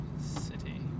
City